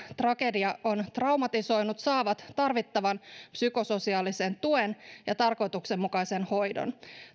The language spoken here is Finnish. tragedia on traumatisoinut saavat tarvittavan psykososiaalisen tuen ja tarkoituksenmukaisen hoidon